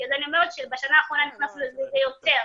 בגלל זה אני אומרת שבשנה האחרונה נכנסנו לזה יותר,